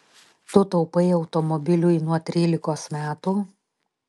tu taupai automobiliui nuo trylikos metų